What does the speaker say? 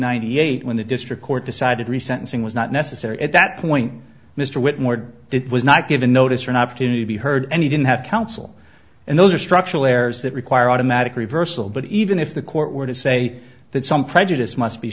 ninety eight when the district court decided re sentencing was not necessary at that point mr whitmore did was not given notice or an opportunity to be heard any didn't have counsel and those are structural errors that require automatic reversal but even if the court were to say that some prejudice must be